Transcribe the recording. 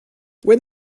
when